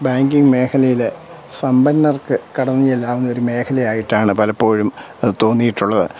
banking മേഘലയിൽ സമ്പന്നർക്ക് കടന്നു ചെല്ലാവുന്ന ഒരു മേഘലയായിട്ടാണ് പലപ്പോഴും അതു തോന്നിയിട്ടുള്ളത്